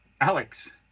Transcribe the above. Alex